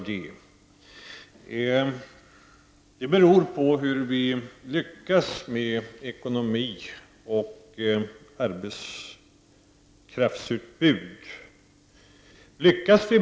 Det beror på att vi vill se hur ekonomin och arbetskraftsutbudet utvecklas.